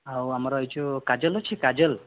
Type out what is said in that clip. ଆଉ ଆମର ଏଇ ଯେଉଁ କାଜଲ୍ ଅଛି କାଜଲ୍